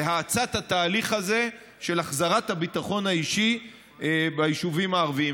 האצת התהליך הזה של החזרת הביטחון האישי ביישובים הערביים.